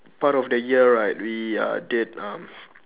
part of the year right we uh did uh